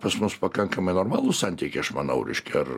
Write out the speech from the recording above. pas mus pakankamai normalūs santykiai aš manau reiškia ar